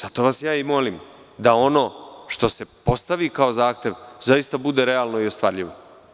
Zato vas ja molim da oni što se postavi kao zahtev, zaista bude realno i ostvarljivo.